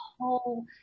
whole